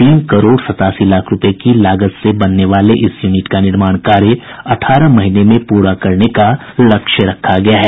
तीन करोड़ सतासी लाख रुपये की लागत से बनने वाले इस यूनिट का निर्माण कार्य अठारह महीने में पूरा करने का लक्ष्य रखा गया है